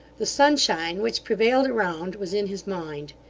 the sunshine which prevailed around was in his mind.